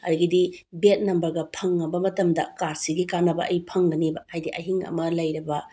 ꯑꯗꯨꯗꯒꯤꯗꯤ ꯕꯦꯠ ꯅꯝꯕꯔꯒ ꯐꯪꯉꯕ ꯃꯇꯝꯗ ꯀꯥꯔꯠꯁꯤꯒꯤ ꯀꯥꯟꯅꯕ ꯑꯩ ꯐꯪꯒꯅꯦꯕ ꯍꯥꯏꯗꯤ ꯑꯍꯤꯡ ꯑꯃ ꯂꯩꯔꯕ